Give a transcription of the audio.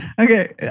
Okay